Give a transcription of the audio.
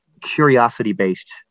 curiosity-based